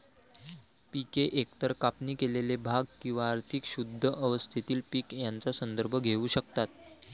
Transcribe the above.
पिके एकतर कापणी केलेले भाग किंवा अधिक शुद्ध अवस्थेतील पीक यांचा संदर्भ घेऊ शकतात